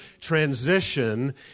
transition